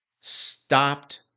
stopped